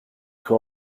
cru